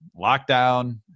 lockdown